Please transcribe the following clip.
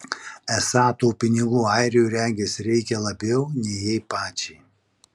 esą tų pinigų airiui regis reikia labiau nei jai pačiai